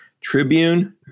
Tribune